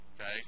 okay